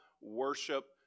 worship